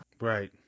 right